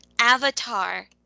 Avatar